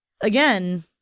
again